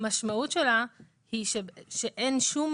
המשמעות שלה היא שאין שום